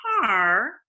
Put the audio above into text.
car